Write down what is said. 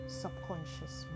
subconscious